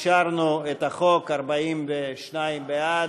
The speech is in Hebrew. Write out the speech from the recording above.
אישרנו את החוק: 42 בעד,